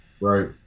right